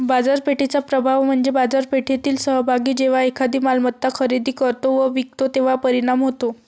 बाजारपेठेचा प्रभाव म्हणजे बाजारपेठेतील सहभागी जेव्हा एखादी मालमत्ता खरेदी करतो व विकतो तेव्हा परिणाम होतो